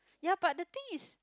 ya but the thing is